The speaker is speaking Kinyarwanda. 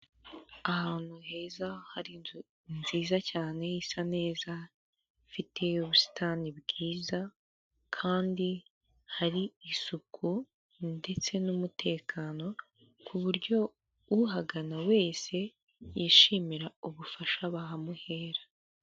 Ahantu heza hari inzu nziza cyane isa neza ifite ubusitani bwiza kandi hari isuku ndetse n'umutekano ku buryo uhagana wese yishimira ubufasha bahamuhera.